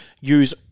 use